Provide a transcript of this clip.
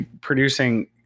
producing